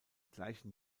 gleichen